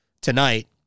tonight